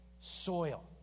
soil